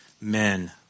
men